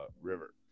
river